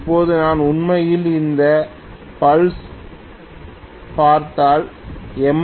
இப்போது நான் உண்மையில் இந்த பல்ஸ் ஐப் பார்த்தால் எம்